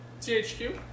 THQ